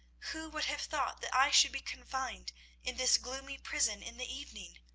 who would have thought that i should be confined in this gloomy prison in the evening?